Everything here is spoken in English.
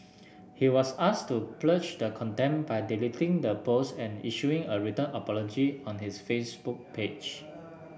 he was asked to purge the contempt by deleting the post and issuing a written apology on his Facebook page